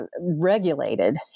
regulated